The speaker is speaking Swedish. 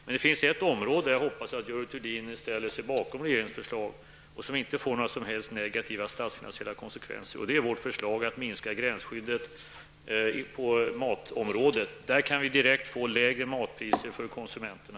Men det finns ett område där man kan sänka matkostnaderna -- jag hoppas att Görel Thurdin där ställer sig bakom regeringens förslag -- utan att det får några som helst negativa statsfinansiella konsekvenser. Jag tänker då på vårt förslag att minska gränsskyddet på matområdet. På det sättet kan vi direkt få lägre matpriser för konsumenterna.